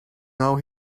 now